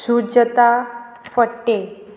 Sujata Phadte